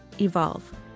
evolve